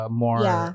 more